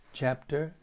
chapter